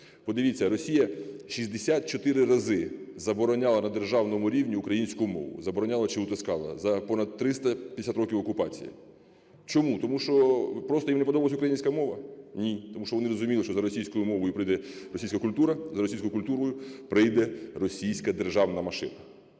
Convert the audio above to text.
Подивіться, Росія 64 рази забороняла на державному рівні українську мову, забороняла чи утискала за понад 350 років окупації. Чому? Тому що просто їм не подобалася українська мова? Ні. Тому що вони розуміли, що за російською мовою прийде російська культура, за російською культурою прийде російська державна машина.